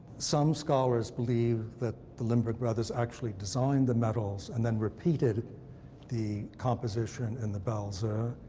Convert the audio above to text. some scholars believe that the limbourg brothers actually designed the medals and then repeated the composition in the belles